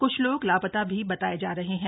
कुछ लोग लापता भी बताये जा रहे हैं